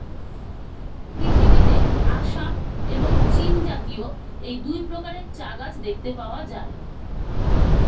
পৃথিবীতে আসাম এবং চীনজাতীয় এই দুই প্রকারের চা গাছ দেখতে পাওয়া যায়